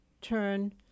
Turn